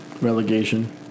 relegation